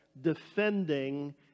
defending